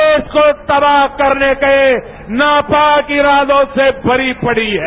देश को तबाह करने में नापाक इरादों से भरी पड़ी है